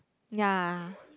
ya